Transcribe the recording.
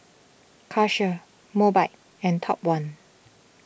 Karcher Mobike and Top one